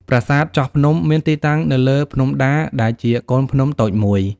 ប្រាសាទចោះភ្នំ មានទីតាំងនៅលើ ភ្នំដា ដែលជាកូនភ្នំតូចមួយ។